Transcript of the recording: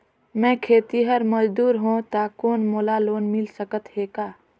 मैं खेतिहर मजदूर हों ता कौन मोला लोन मिल सकत हे का?